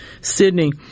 Sydney